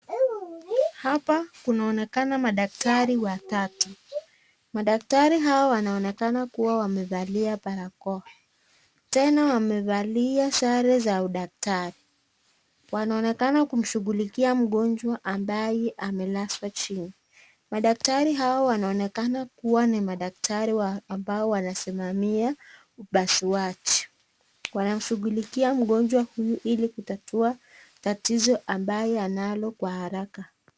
Hapa kunaonekana daktari watatu madaktari hawa wanaonekana kuwa wamefalia barakoa tena wamefalia sare za udktari, wanaonekana kushughulikia mgonjwa ambaye amelaswa chini madaktari wa wanaonekana kuwa ni madaktari ambao wanasimamia upazuaji kwa kushughulikia mgonjwa huyu hii kutatua tatizo ambalo kwa haraka .